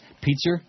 pizza